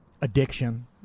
addiction